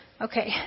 Okay